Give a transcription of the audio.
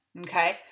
okay